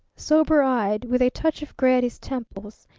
sober-eyed, with a touch of gray at his temples,